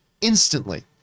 instantly